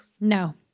No